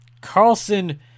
Carlson